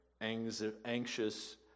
anxious